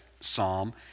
psalm